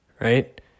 right